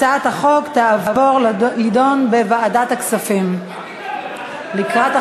הצעת החוק תעבור להידון בוועדת הכספים, מה פתאום?